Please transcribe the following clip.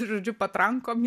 žodžiu patrankom